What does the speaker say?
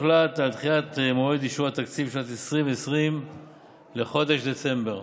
הוחלט על דחיית מועד אישור התקציב לשנת 2020 לחודש דצמבר.